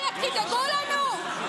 עלק תדאגו לנו.